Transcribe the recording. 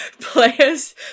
players